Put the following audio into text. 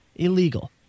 Illegal